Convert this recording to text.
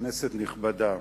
כנסת נכבדה,